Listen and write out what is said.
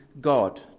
God